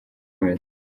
bimeze